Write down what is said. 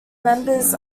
members